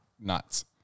nuts